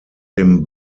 dem